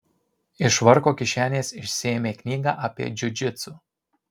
iš švarko kišenės išsiėmė knygą apie džiudžitsu